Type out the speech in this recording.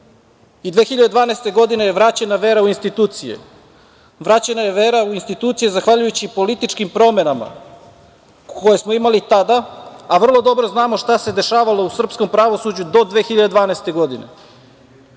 i 2012. godine je vraćena vera u institucije. Vraćena je vera u institucije zahvaljujući političkim promenama koje smo imali tada, a vrlo dobro znamo šta se dešavalo u srpskom pravosuđu do 2012. godine. Naišli